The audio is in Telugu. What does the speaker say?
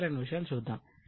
మొదలైన విషయాలు చూద్దాం